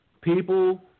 people